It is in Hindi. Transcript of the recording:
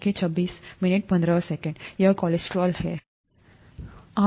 यह कोलेस्ट्रॉल है है ना